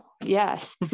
Yes